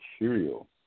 material